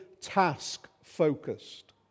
task-focused